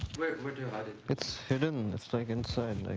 where do you hide it? it's hidden, it's like inside.